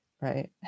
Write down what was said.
Right